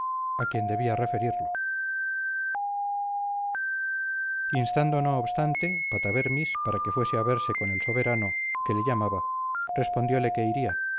a quien debía referirlo instando no obstante patabermis para que fuese a verse con el soberano que le llamaba respondióle que iría